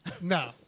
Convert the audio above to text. no